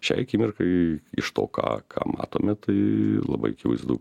šiai akimirkai iš to ką ką matome tai labai akivaizdu